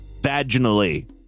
vaginally